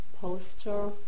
posture